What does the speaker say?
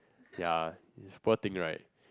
ya is poor thing right